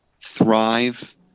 thrive